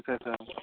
अच्छा अच्छा